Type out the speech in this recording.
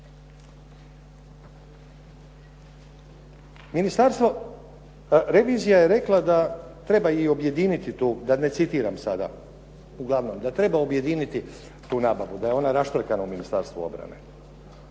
postojalo. Revizija je rekla da treba i objediniti tu, da ne citiram sad, uglavnom da treba objediniti tu nabavu, da je ona raštrkana u Ministarstvu obrane,